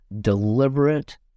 deliberate